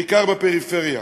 בעיקר בפריפריה,